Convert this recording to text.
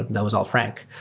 that was all frank.